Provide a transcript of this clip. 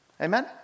Amen